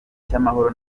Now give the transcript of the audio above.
cy’amahoro